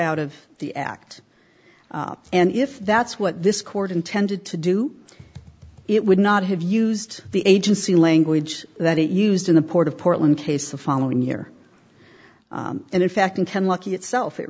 out of the act and if that's what this court intended to do it would not have used the agency language that it used in the port of portland case the following year and in fact in ten lucky itself it